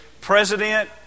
President